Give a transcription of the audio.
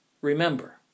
remember